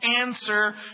answer